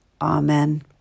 Amen